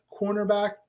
cornerback